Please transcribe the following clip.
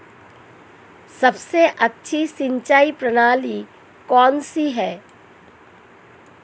सबसे अच्छी सिंचाई प्रणाली कौन सी है?